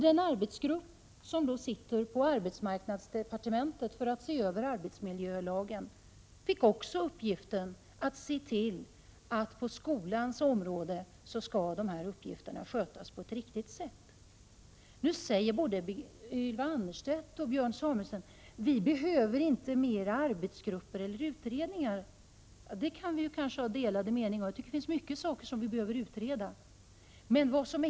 Den arbetsgrupp inom arbetsmarknadsdepartementet som ser över arbetsmiljölagen fick också i uppdrag att se till att dessa uppgifter skall skötas på ett riktigt sätt på skolans område. Både Ylva Annerstedt och Björn Samuelson säger nu att vi inte behöver fler arbetsgrupper eller utredningar. Det kan vi ha delade meningar om. Jag tycker det finns många saker som vi behöver utreda.